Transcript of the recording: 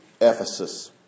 Ephesus